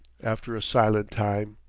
after a silent time,